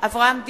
אברהם דיכטר,